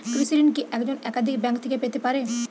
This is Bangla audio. কৃষিঋণ কি একজন একাধিক ব্যাঙ্ক থেকে পেতে পারে?